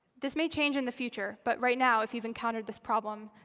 this may change in the future. but right now, if you've encountered this problem,